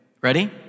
Ready